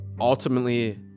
ultimately